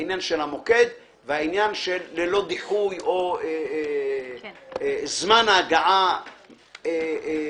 העניין של המוקד והעניין של ללא דיחוי או זמן ההגעה הנדרש.